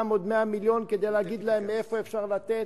עוד 100 מיליון כדי להגיד להם מאיפה אפשר לתת